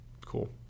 Cool